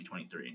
2023